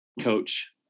coach